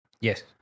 Yes